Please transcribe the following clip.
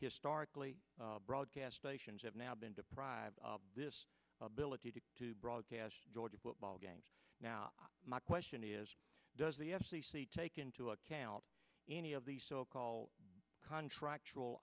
historically broadcast stations have now been deprived of this ability to broadcast georgia football games now my question is does the f c c take into account any of these so called contract